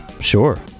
Sure